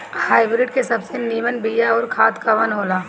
Hybrid के सबसे नीमन बीया अउर खाद कवन हो ला?